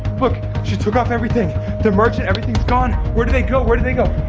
look she took off everything the merch and everything's gone where did they go? where did they go?